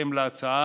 בהתאם להצעה,